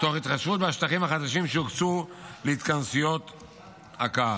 מתוך התחשבות בשטחים החדשים שהוקצו להתכנסויות הקהל.